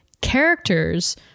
characters